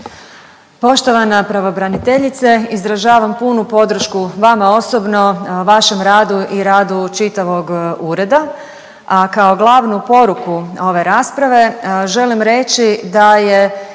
Poštovana pravobraniteljice, izražavam punu podršku vama osobno, vašem radu i radu čitavog ureda, a kao glavnu ove rasprave, želim reći da je